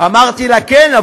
אמרתי לה: כן,